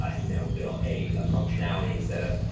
um you know built a functionality instead of,